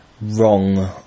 wrong